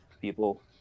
people